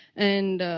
and,